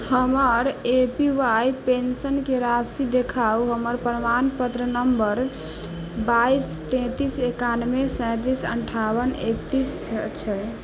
हमर A P Y पेन्शनके राशि देखाउ हमर प्रमाणपत्र नम्बर बाइस तेँतिस एकानवे सैँतिस अनठावन एकतिस छै